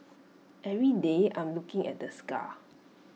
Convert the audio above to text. every day I'm looking at the scar